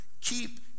Keep